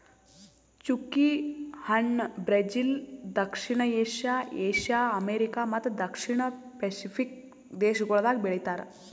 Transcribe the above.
ಚ್ಚುಕಿ ಹಣ್ಣ ಬ್ರೆಜಿಲ್, ದಕ್ಷಿಣ ಏಷ್ಯಾ, ಏಷ್ಯಾ, ಅಮೆರಿಕಾ ಮತ್ತ ದಕ್ಷಿಣ ಪೆಸಿಫಿಕ್ ದೇಶಗೊಳ್ದಾಗ್ ಬೆಳಿತಾರ್